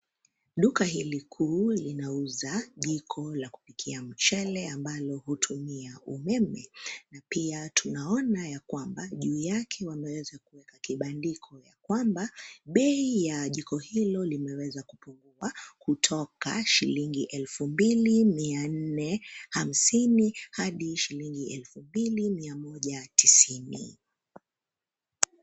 Duka hili kuu linauza, jiko la kupikia mchele ambalo hutumia umeme, na pia tunaonaya kwamba juu yake wameweza kuweka kibandiko ya kwamba, bei ya jiko hilo limeweza kupungua, kutoka shilingi elfu mbili mia nne, hamsini, hadi shilingi elfu mbili mia moja tisini.